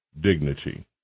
dignity